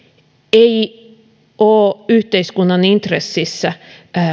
ei ole yhteiskunnan intressissä